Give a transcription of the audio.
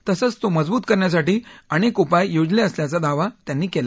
तसंच तो मजबूत करण्यासाठी अनेक उपाय योजले असल्याचा दावा त्यांनी केला